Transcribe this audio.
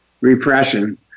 repression